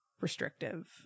restrictive